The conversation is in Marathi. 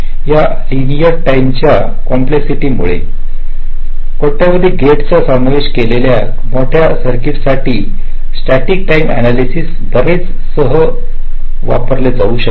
या लिनिअर टाईमच्या कॉम्प्लेक्सिटी मुळे कोट्यवधी गेट्सचा समावेश असलेल्या मोठ्या सर्किट साठी स्टॅटिक टाईम अनालयसिस बरेच सहज वापरले जाऊ शकते